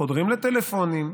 חודרת לטלפונים,